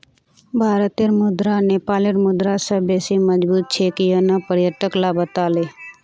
भारतेर मुद्रा नेपालेर मुद्रा स बेसी मजबूत छेक यन न पर्यटक ला बताले